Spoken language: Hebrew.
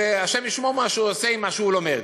השם ישמור מה שהוא עושה עם מה שהוא לומד.